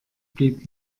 blieb